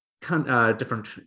different